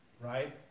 right